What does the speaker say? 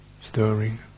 stirring